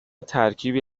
ترکیبی